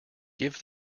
give